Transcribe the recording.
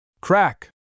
Crack